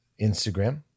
Instagram